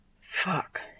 Fuck